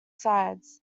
sides